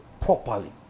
properly